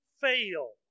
fail